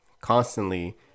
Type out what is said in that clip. constantly